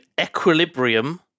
Equilibrium